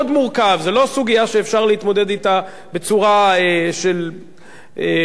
מאוד מורכב זו לא סוגיה שאפשר להתמודד אתה בצורה של ססמאות,